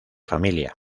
familia